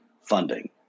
funding